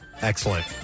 Excellent